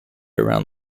around